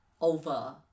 over